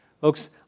Folks